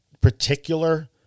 particular